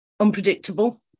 unpredictable